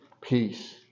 Peace